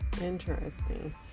Interesting